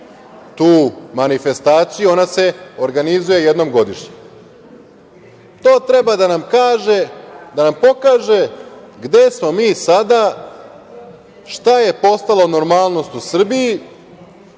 tu manifestaciju. Ona se organizuje jednom godišnje. To treba da nam pokaže gde smo mi sada, šta je postalo normalnost u Srbiji.